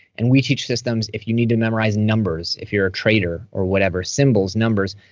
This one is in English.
and we teach systems. if you need to memorize numbers, if you're a trader or whatever symbols, numbers,